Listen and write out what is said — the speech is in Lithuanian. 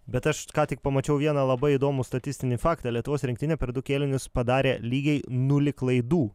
bet aš ką tik pamačiau vieną labai įdomų statistinį faktą lietuvos rinktinė per du kėlinius padarė lygiai nulį klaidų